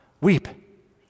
weep